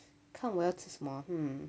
看我要吃什么啊 hmm